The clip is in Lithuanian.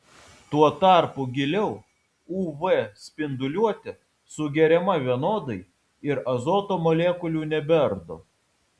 tuo tarpu giliau uv spinduliuotė sugeriama vienodai ir azoto molekulių nebeardo